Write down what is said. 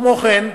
כמו כן,